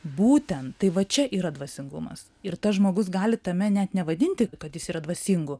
būtent tai va čia yra dvasingumas ir tas žmogus gali tame net nevadinti kad jis yra dvasingu